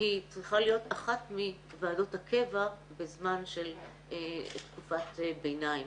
צריכה להיות אחת מוועדות הקבע בזמן של תקופת ביניים,